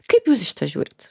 kaip jūs į šitą žiūrit